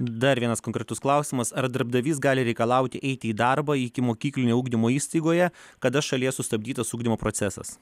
dar vienas konkretus klausimas ar darbdavys gali reikalauti eiti į darbą ikimokyklinio ugdymo įstaigoje kada šalyje sustabdytas ugdymo procesas